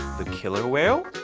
the killer whale?